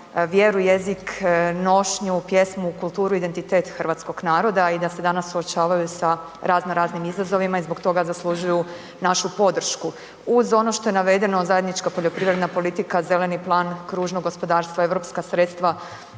vjeru, jezik, nošnju, pjesmu, kulturu i identitet hrvatskog naroda i da se danas suočavaju sa raznoraznim izazovima i zbog toga zaslužuju našu podršku. Uz ono što je navedeno zajednička poljoprivredna politika, zeleni plan, kružno gospodarstva, europska sredstva